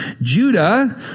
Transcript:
Judah